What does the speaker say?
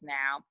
now